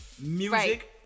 music